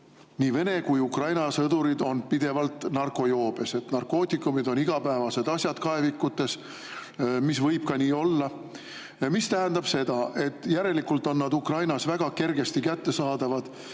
nii Vene kui ka Ukraina sõdurid on pidevalt narkojoobes ja et narkootikumid on igapäevased asjad kaevikutes – mis võib ka nii olla. See tähendab seda, et järelikult on [narkootikumid] Ukrainas väga kergesti kättesaadavad.